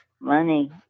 money